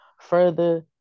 further